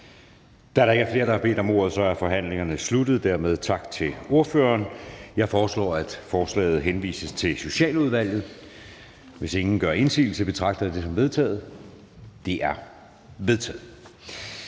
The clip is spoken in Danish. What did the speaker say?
Da der ikke er flere, der har bedt om ordet, er forhandlingen sluttet. Jeg foreslår, at forslaget henvises til Klima-, Energi- og Forsyningsudvalget. Hvis ingen gør indsigelse, betragter jeg det som vedtaget. Det er vedtaget.